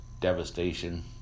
devastation